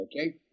Okay